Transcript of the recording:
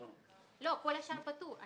כל השאר פטור.